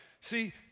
See